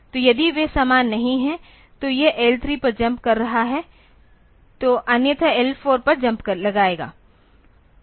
तो यदि वे समान नहीं हैं तो यह L 3 पर जम्प कर रहा है तो अन्यथा L4 पर जम्प लगाएगा